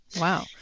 Wow